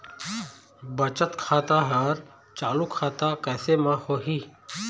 बचत खाता हर चालू खाता कैसे म होही?